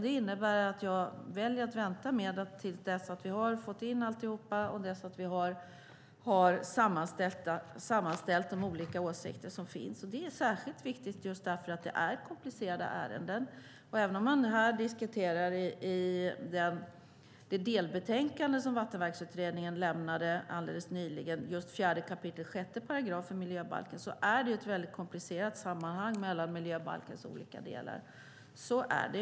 Det innebär att jag väljer att vänta till dess att vi har fått in alltihop och sammanställt de olika åsikter som finns. Det är särskilt viktigt eftersom det är komplicerande ärenden. Även om man här diskuterar det delbetänkande som Vattenverksamhetsutredningen lämnade nyligen om 4 kap. 6 § miljöbalken är det ett komplicerat sammanhang mellan miljöbalkens olika delar.